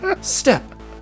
step